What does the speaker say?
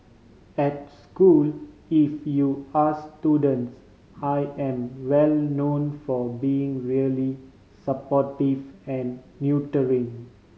at school if you ask students I am well known for being really supportive and nurturing